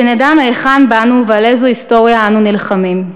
שנדע מהיכן באנו ועל איזו היסטוריה אנו נלחמים.